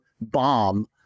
bomb